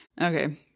okay